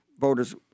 voters